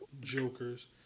jokers